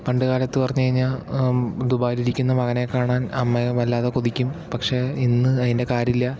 പണ്ടുകാലത്തു പറഞ്ഞു കഴിഞ്ഞാൽ ദുബായിലിരിക്കുന്ന മകനേ കാണാൻ അമ്മയും വല്ലാതെ കൊതിക്കും പക്ഷേ ഇന്ന് അതിന്റെ കാര്യമില്ല